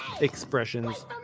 expressions